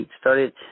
started